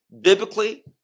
biblically